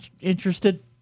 interested –